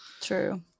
true